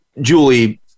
Julie